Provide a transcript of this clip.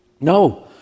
No